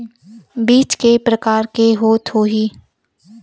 बीज के प्रकार के होत होही?